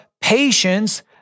patience